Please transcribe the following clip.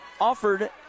offered